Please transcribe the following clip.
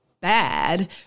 bad